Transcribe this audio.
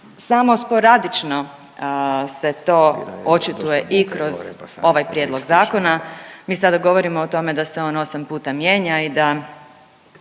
Samo sporadično se to očituje i kroz ovaj prijedlog zakona. Mi sada govorimo o tom da se on 8 puta mijenja. Danas